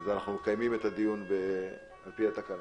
ואנחנו מקיימים את הדיון לפי התקנון.